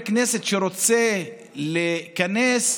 שאני שונא גזענות,